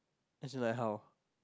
as in like how